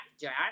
Jack